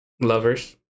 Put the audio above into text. lovers